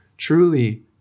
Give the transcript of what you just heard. truly